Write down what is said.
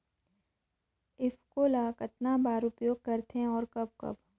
ईफको ल कतना बर उपयोग करथे और कब कब?